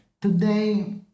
Today